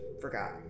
forgot